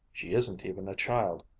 she isn't even a child.